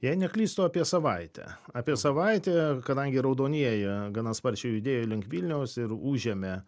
jei neklystu apie savaitę apie savaitę kadangi raudonieji gana sparčiai judėjo link vilniaus ir užėmė